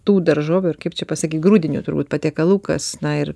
tų daržovių ar kaip čia pasakyt grūdinių turbūt patiekalų kas na ir